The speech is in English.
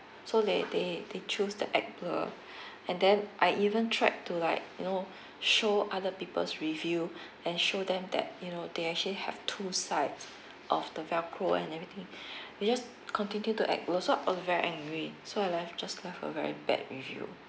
so they they they choose to act blur and then I even tried to like you know show other people's review and show them that you know they actually have two sides of the velcro and everything they just continue to act blur so I was very angry so I left just left a very bad review